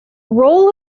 role